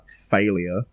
failure